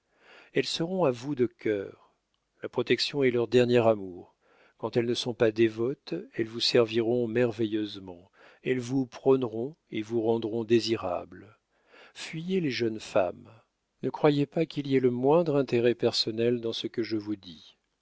elles seront à vous de cœur la protection est leur dernier amour quand elles ne sont pas dévotes elles vous serviront merveilleusement elles vous prôneront et vous rendront désirables fuyez les jeunes femmes ne croyez pas qu'il y ait le moindre intérêt personnel dans ce que je vous dis